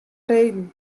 reden